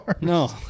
No